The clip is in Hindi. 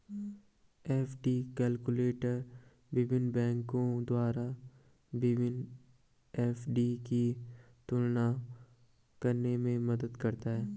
एफ.डी कैलकुलटर विभिन्न बैंकों द्वारा विभिन्न एफ.डी की तुलना करने में मदद करता है